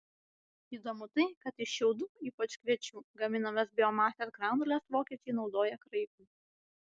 įdomu tai kad iš šiaudų ypač kviečių gaminamas biomasės granules vokiečiai naudoja kraikui